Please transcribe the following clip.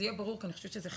אני חושבת שזה חשוב.